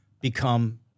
become